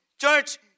Church